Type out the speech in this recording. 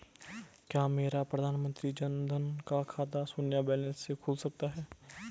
क्या मेरा प्रधानमंत्री जन धन का खाता शून्य बैलेंस से खुल सकता है?